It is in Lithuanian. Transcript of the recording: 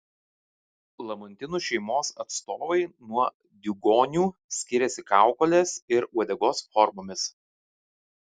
lamantinų šeimos atstovai nuo diugonių skiriasi kaukolės ir uodegos formomis